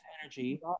energy